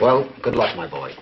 well good luck my boy